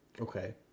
Okay